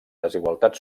desigualtat